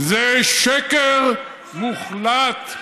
זה שקר מוחלט.